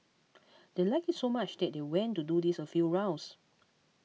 they liked it so much that they went to do this a few rounds